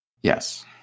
Yes